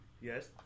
Yes